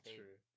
true